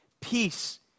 peace